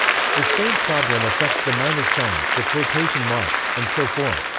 the same problem affects the minus sign, the quotation marks, and so forth.